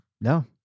No